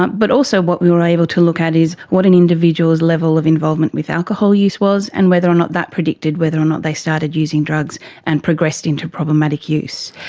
but also what we were able to look at what an individual's level of involvement with alcohol use was and whether or not that predicted whether or not they started using drugs and progressed into problematic use,